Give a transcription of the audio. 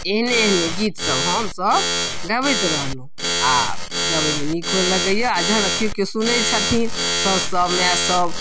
एहने एहने गीत सब हमसब गबैत रहलहुँ आओर गाबैमे नीको लगैय आओर जहन केओ केओ सुनै छथिन साउस सब माय सब